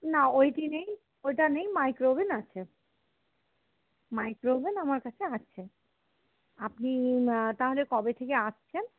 না ওইটি নেই ওইটা নেই মাইক্রোওভেন আছে মাইক্রোওভেন আমার কাছে আছে আপনি তাহলে কবে থেকে আসছেন